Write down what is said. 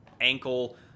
ankle